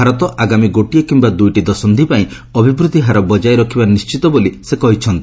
ଭାରତ ଆଗାମୀ ଗୋଟିଏ କିମ୍ବା ଦୁଇଟି ଦଶନ୍ଧି ପାଇଁ ଅଭିବୃଦ୍ଧି ହାର ବଜାୟ ରଖିବା ନିଶ୍ଚିତ ବୋଲି ସେ କହିଛନ୍ତି